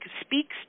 speaks